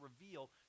reveal